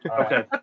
Okay